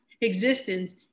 existence